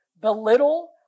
belittle